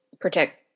protect